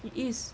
it is